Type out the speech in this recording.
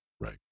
Right